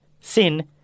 sin